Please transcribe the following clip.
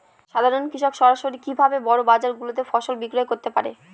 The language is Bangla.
সাধারন কৃষক সরাসরি কি ভাবে বড় বাজার গুলিতে ফসল বিক্রয় করতে পারে?